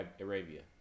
Arabia